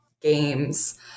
games